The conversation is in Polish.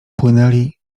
płynęli